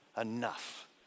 enough